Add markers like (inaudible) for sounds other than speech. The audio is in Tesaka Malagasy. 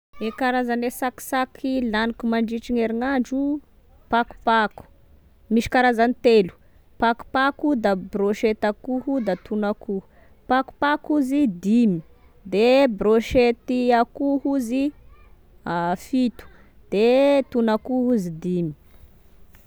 E karazane sakisaky laniko mandritry ny herignandro pakopako misy karazany telo: pakopako da brochetty akoho da tono akoho: pakopako ozy dimy, de brochetty akoho ozy (hesitation) fito, de tono akoho ozy dimy.